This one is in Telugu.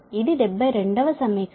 ఇది 72 వ సమీకరణం